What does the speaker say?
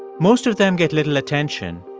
most of them get little attention,